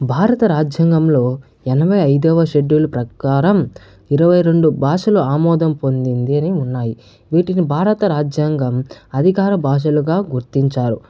భారత రాజ్యాంగంలో ఎనభై ఐదవ షెడ్యూల్ ప్రకారం ఇరవై రెండు భాషలు ఆమోదం పొందింది అని ఉన్నాయి వీటిని భారత రాజ్యాంగం అధికార భాషలుగా గుర్తించారు